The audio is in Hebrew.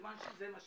מכיוון שזה מה שקרה,